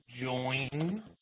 join